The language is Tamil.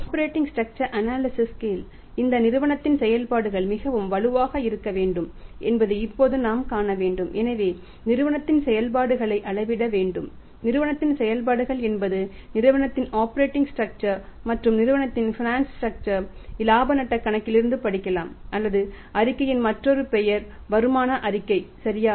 ஆப்பரேட்டிங் ஸ்ட்ரக்சர் அனாலிசிஸ் இலாப நட்டக் கணக்கிலிருந்து படிக்கலாம் அல்லது அறிக்கையின் மற்றொரு பெயர் வருமான அறிக்கை சரியா